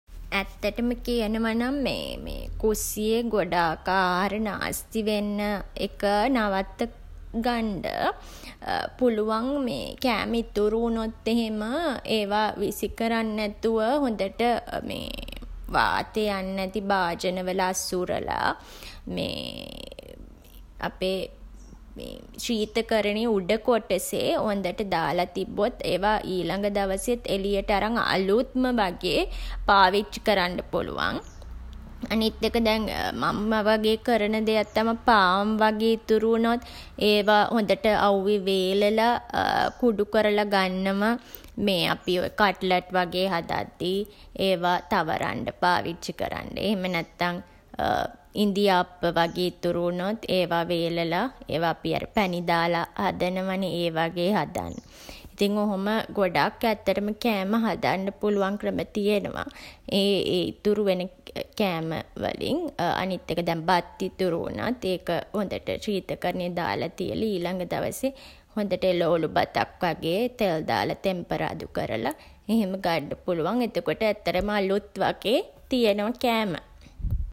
ඇත්තටම කියනවා නම් කුස්සියේ ගොඩක් ආහාර නාස්ති වෙන එක නවත්ත ගන්ඩ පුළුවන් මේ කෑම ඉතුරු වුණොත් එහෙම ඒවා විසි කරන් නැතුව හොඳට වාතය යන්නැති භාජනවල අසුරලා අපේ ශීතකරණයේ උඩ කොටසේ හොඳට දාලා තිබ්බොත් ඒවා ඊළඟ දවසෙත් එළියට අරන් අලුත්ම වගේ පාවිච්චි කරන්ඩ පුළුවන්. අනිත් එක දැන් මම වගේ කරන දෙයක් තමයි පාන් වගේ ඉතුරු වුණොත් ඒවා හොඳට අව්වේ වේලලා කුඩු කරලා ගන්නවා මේ අපි ඔය කට්ලට් වගේ හදද්දී ඒවා තවරන්ඩ පාවිච්චි කරන්ඩ. එහෙම නැත්තන් ඉඳිආප්ප වගේ ඉතුරු වුණොත් ඒවා වේලලා ඒවා අපි අර පැණි දාලා හදනවා නේ. ඒ වගේ හදන්න. ඉතින් ඔහොම ගොඩක් ඇත්තටම කෑම හදන්න පුළුවන් ක්‍රම තියනවා. ඒ ඒ ඉතුරු වෙන කෑම වලින්. අනිත් එක දැන් බත් ඉතුරු වුණත් ඒක හොඳට ශීතකරණයේ දාලා තියලා ඊළඟ දවසේ හොඳට එළවලු බතක් වගේ තෙල් දාලා තෙම්පරාදු කරලා එහෙම ගන්ඩ පුළුවන්. එතකොට ඇත්තටම අලුත් වගේ තියනවා කෑම.